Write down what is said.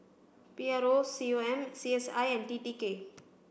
P R O C O M C S I and T T K